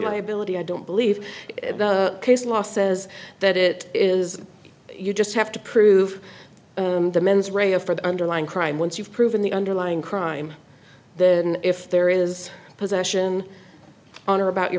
liability i don't believe the case law says that it is you just have to prove the mens rea a for the underlying crime once you've proven the underlying crime then if there is possession on or about your